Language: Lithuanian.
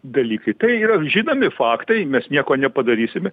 dalykai tai yra žinomi faktai mes nieko nepadarysime